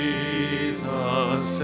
Jesus